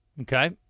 Okay